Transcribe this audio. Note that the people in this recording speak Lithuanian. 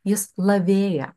jis lavėja